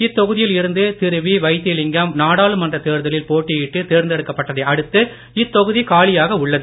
இத்தொகுதியில் இருந்த திரு வி தேர்தலில் வைத்திலிங்கம் நாடாளுமன்ற போட்டியிட்டு தேர்ந்தெடுக்கப்பட்டதை அடுத்து இத்தொகுதி காலியாக உள்ளது